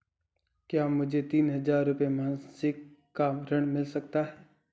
क्या मुझे तीन हज़ार रूपये मासिक का ऋण मिल सकता है?